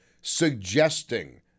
Suggesting